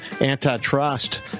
antitrust